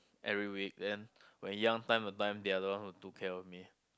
every weekend when young time that time they are the one who took care of me